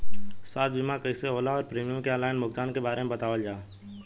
स्वास्थ्य बीमा कइसे होला और प्रीमियम के आनलाइन भुगतान के बारे में बतावल जाव?